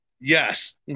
yes